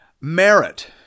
merit